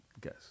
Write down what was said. guess